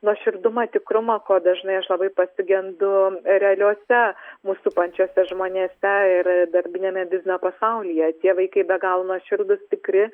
nuoširdumą tikrumą ko dažnai aš labai pasigendu realiuose mus supančiuose žmonėse ir darbiniame biznio pasaulyje tie vaikai be galo nuoširdūs tikri